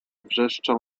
wrzeszczał